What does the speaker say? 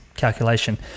calculation